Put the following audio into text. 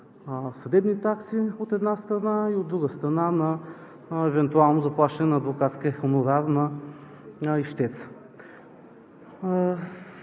съдебни такси, от една страна, и, от друга страна, евентуално заплащане на адвокатския хонорар на ищеца.